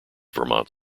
vermont